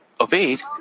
obeyed